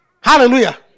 Hallelujah